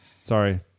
sorry